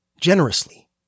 generously